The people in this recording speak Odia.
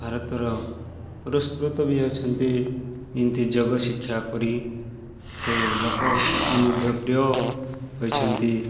ଭାରତର ପୁରସ୍କୃତ ବି ହୋଇଛନ୍ତି ଏମିତି ଯୋଗ ଶିକ୍ଷା କରି ସେ ଲୋକଙ୍କ ମଧ୍ୟ ପ୍ରିୟ ହୋଇଛନ୍ତି